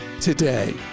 today